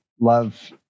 love